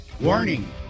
warning